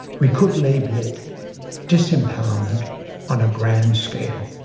we could label it disempowerment on a grand scale.